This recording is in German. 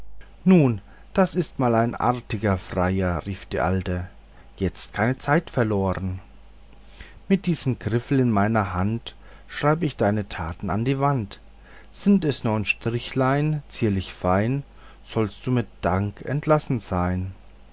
nun das ist mal ein artiger freier rief die alte jetzt keine zeit verloren mit diesem griffel in meiner hand schreib ich deine taten an die wand sind es neun strichlein zierlich fein sollst du mit dank entlassen sein